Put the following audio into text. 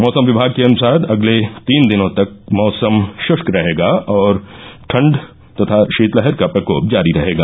मौसम विमाग के अनुसार अगले तीन दिनों तक मौसम शुष्क रहेगा तथा ठंड और शीतलहर का प्रकोप जारी रहेगा